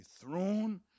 thrown